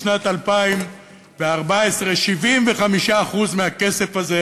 בשנת 2014 75% מהכסף הזה